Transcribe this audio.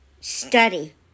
Study